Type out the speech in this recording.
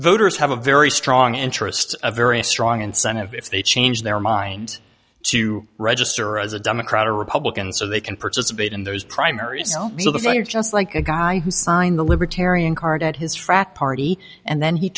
voters have a very strong interest a very strong incentive if they change their mind to register as a democrat or republican so they can participate in those primaries so the center just like a guy who signed the libertarian card at his frat party and then he